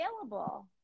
available